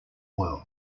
world